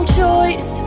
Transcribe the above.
choice